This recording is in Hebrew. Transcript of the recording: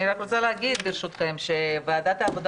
אני רוצה להגיד שוועדת העבודה,